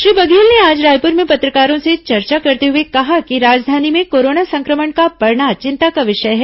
श्री बघेल ने आज रायपुर में पत्रकारों से चर्चा करते हुए कहा कि राजधानी में कोरोना संक्रमण का बढ़ना चिंता का विषय है